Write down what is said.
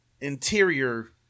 interior